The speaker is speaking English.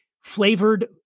flavored